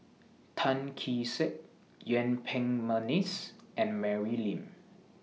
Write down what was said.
Tan Kee Sek Yuen Peng Mcneice and Mary Lim